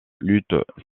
luttes